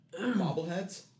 bobbleheads